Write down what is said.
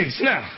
now